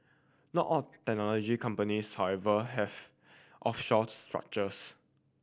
not all technology companies however have offshore structures